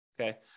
okay